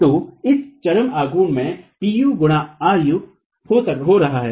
तो इस चरम आघूर्ण में Pu x ru हो रहा है